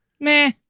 meh